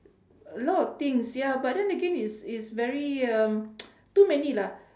a lot of things ya but then again it's it's very um too many lah